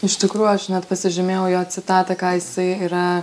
iš tikrųjų aš net pasižymėjau jo citatą ką jisai yra